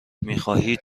میخواهید